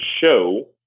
show